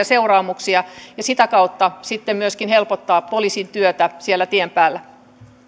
seuraamuksia ja sitä kautta sitten myöskin helpottaa poliisin työtä siellä tien päällä